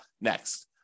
next